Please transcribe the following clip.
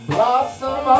Blossom